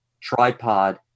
tripod